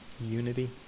Unity